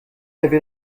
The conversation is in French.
avait